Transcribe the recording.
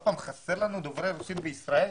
שוב, חסרים לנו דוברי רוסית בישראל